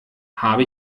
habe